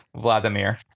Vladimir